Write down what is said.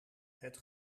het